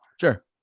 sure